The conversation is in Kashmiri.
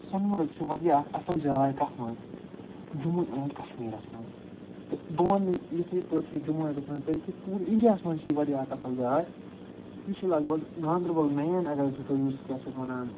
سۄنہٕ مرگ چھِ واریاہ اَکھ اصٕل جاے کَتھ منٛز جموں اینٛڈ کشمیٖرَس منٛز تہٕ بہٕ وَننہٕ یِتھٔے پٲٹھۍ کہِ جموں اینٛڈ کشمیرَس منٛز بٔلکہِ پوٗرٕ اِنٛڈِیا ہَس منٛز چھِ یہِ واریاہ اَکھ اصٕل جاے یہِ چھِ لَگ بھَگ گاندَربَل مین اَگر أسۍ وُچھُو یُس کیٛاہ چھِ اَتھ وَنان